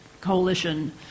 coalition